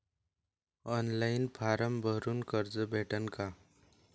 Online form भरून कर्ज भेटन का?